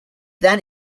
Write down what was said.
then